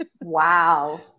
Wow